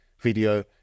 video